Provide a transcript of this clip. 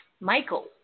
Michael